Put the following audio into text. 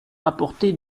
rapporté